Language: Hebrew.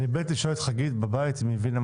אני מת לשאול את חגית אם היא הבינה.